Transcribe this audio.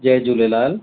Jay Jhulelal